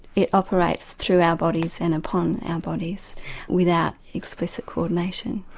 it operates through our bodies and upon our bodies without explicit co-ordination.